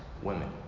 women